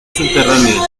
subterráneas